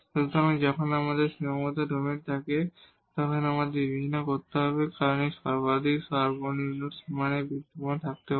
সুতরাং যখন আমাদের বাউন্ডারি ডোমেন থাকে তখন আমাদের বিবেচনা করতে হবে কারণ এই মাক্সিমাম মিনিমাম বাউন্ডারি বিদ্যমান থাকতে পারে